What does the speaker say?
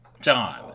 John